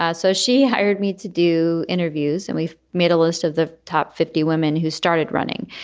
ah so she hired me to do interviews and we made a list of the top fifty women who started running,